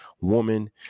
woman